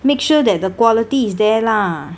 make sure that the quality is there lah